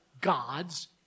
God's